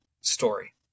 story